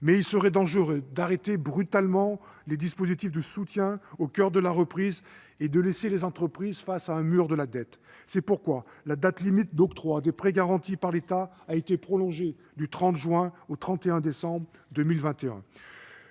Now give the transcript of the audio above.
serait toutefois dangereux d'arrêter brutalement les dispositifs de soutien en pleine phase de reprise et de laisser les entreprises face au mur de la dette. C'est pourquoi la date limite d'octroi des prêts garantis par l'État a été prolongée du 30 juin au 31 décembre 2021.